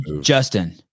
Justin